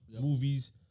movies